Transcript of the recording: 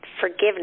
forgiveness